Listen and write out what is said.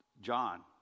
John